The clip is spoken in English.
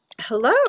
Hello